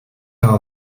how